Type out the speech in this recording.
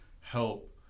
help